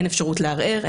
אין אפשרות לערער,